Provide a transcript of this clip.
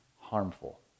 harmful